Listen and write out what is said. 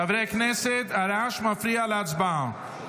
חברי הכנסת, הרעש מפריע להצבעה.